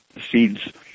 seeds